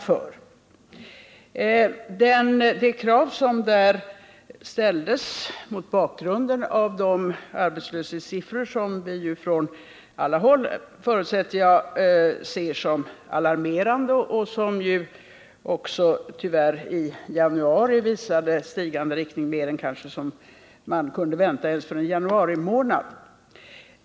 Dessa krav på fler utbildningsplatser ställdes mot bakgrunden av de arbetslöshetssiffror som vi ju från alla håll, förutsätter jag, ser som alarmerande och som ju också tyvärr i januari visade stigande tendens — mer än vad som är att vänta ens för en januarimånad.